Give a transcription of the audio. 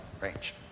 range